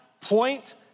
point